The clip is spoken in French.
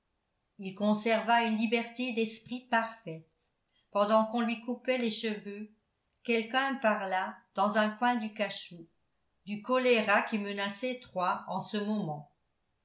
il conserva une liberté d'esprit parfaite pendant qu'on lui coupait les cheveux quelqu'un parla dans un coin du cachot du choléra qui menaçait troyes en ce moment